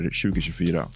2024